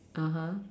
(uh huh)